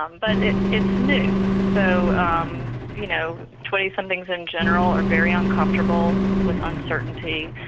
um but it's new, so um you know, twenty somethings in general are very uncomfortable with uncertainty,